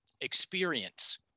experience